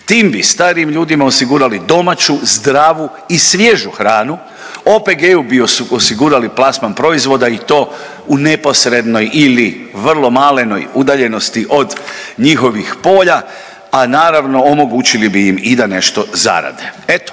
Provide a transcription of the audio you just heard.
Tim bi starijim ljudima osigurali domaću, zdravu i svježu hranu, OPG-u bi osigurali plasman proizvoda i to u neposrednoj ili vrlo malenoj udaljenosti od njihovih polja, a naravno omogućili bi im i da nešto zarade.